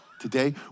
today